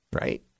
right